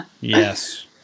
Yes